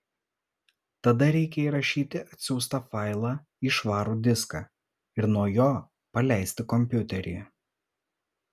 tada reikia įrašyti atsiųstą failą į švarų diską ir nuo jo paleisti kompiuterį